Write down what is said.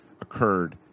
occurred